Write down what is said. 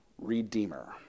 Redeemer